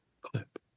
Clip